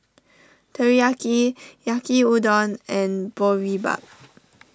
Teriyaki Yaki Yaki Udon and Boribap